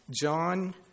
John